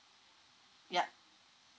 ya